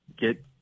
get